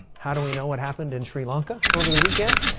how do we know what happened in sri lanka over the weekend?